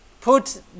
put